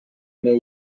made